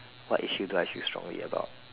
what is utilized used strongly about